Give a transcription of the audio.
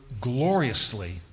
gloriously